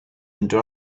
into